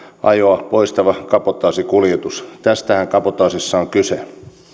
ajoa poistava kabotaasikuljetus tästähän kabotaasissa on kyse